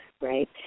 right